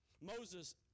Moses